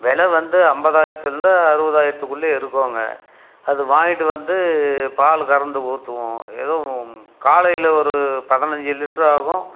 வில வந்து ஐம்பதாயிரத்துலருந்து அறுபதாயிரத்துக்குள்ளயே இருக்கும்ங்க அது வாங்கிகிட்டு வந்து பால் கறந்து ஊற்றுவோம் எதோ காலையில ஒரு பதனஞ்சு லிட்டர் ஆகும்